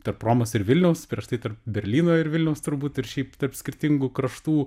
tarp romos ir vilniaus prieš tai tarp berlyno ir vilniaus turbūt ir šiaip tarp skirtingų kraštų